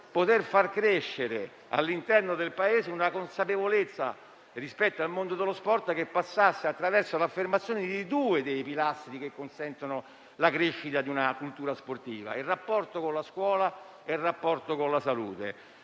cui far crescere, all'interno del Paese, una consapevolezza, rispetto al mondo dello sport, che passasse attraverso l'affermazione di due dei pilastri che consentono la crescita di una cultura sportiva, ovvero il rapporto con la scuola e quello con la salute.